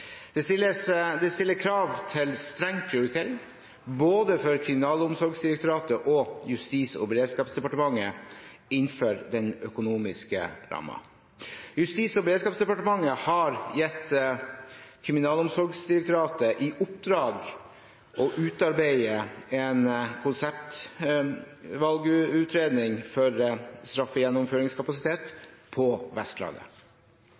Det stiller krav til streng prioritering både for Kriminalomsorgsdirektoratet og for Justis- og beredskapsdepartementet innenfor den økonomiske rammen. Justis- og beredskapsdepartementet har gitt Kriminalomsorgsdirektoratet i oppdrag å utarbeide en konseptvalgutredning for straffegjennomføringskapasitet på Vestlandet.